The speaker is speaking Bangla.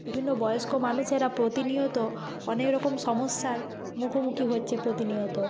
বিভিন্ন বয়স্ক মানুষেরা প্রতিনিয়ত অনেক রকম সমস্যার মুখোমুখি হচ্ছে প্রতিনিয়ত